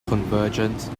convergence